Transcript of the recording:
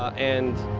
and,